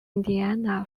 indiana